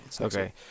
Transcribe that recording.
Okay